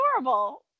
adorable